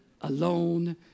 alone